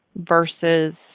versus